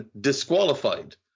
disqualified